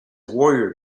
warrior